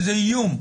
איזה איום?